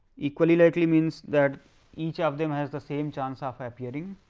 equally likely means that each of them has the same chance of a appearing,